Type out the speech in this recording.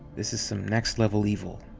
this is so next-level evil.